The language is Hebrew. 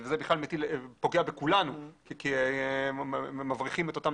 וזה משהו שפוגע בכולנו כי מבריחים את אותם